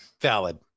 Valid